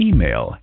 Email